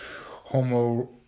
homo